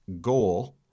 goal